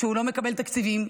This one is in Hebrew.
שלא מקבל תקציבים,